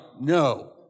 No